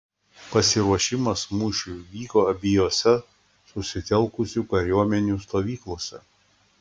pasiruošimas mūšiui vyko abiejose susitelkusių kariuomenių stovyklose